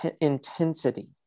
intensity